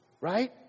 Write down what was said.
right